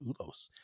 Ulos